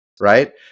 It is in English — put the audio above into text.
right